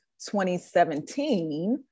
2017